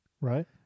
Right